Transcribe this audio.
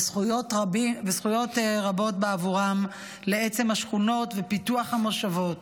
וזכויות רבות בעבורם לעצם השכונות ופיתוח המושבות.